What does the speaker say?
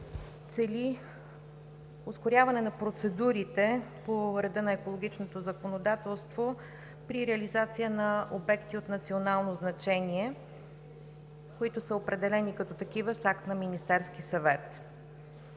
цели ускоряване на процедурите по реда на екологичното законодателство при реализация на обекти от национално значение, които са определени като такива с акт на Министерски съвет.